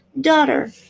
daughter